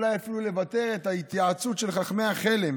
אולי אפילו אפשר לוותר את ההתייעצות של חכמי חלם